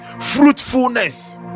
fruitfulness